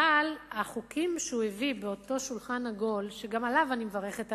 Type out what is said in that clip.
אבל החוקים שהוא הביא באותו שולחן עגול שגם עליו אני מברכת,